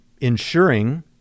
ensuring